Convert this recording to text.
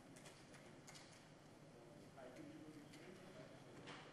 יש כאלה שבקיאים ממני.